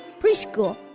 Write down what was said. Preschool